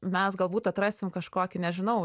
mes galbūt atrasim kažkokį nežinau